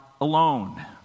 alone